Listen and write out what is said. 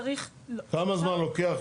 צריך --- כמה זמן לוקח,